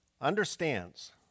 understands